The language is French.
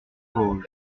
vosges